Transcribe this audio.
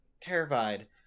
terrified